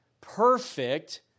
perfect